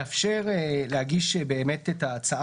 לתקנון הכנסת מאפשר להגיש את ההצעה,